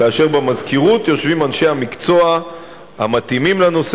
כאשר במזכירות יושבים אנשי המקצוע המתאימים לנושא